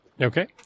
Okay